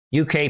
UK